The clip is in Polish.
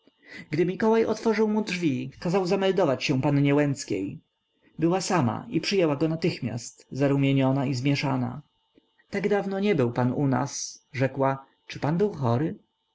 gdy mikołaj otworzył mu drzwi kazał zameldować się pannie łęckiej była sama i przyjęła go natychmiast zarumieniona i zmieszana tak dawno nie był pan u nas rzekła czy pan był chory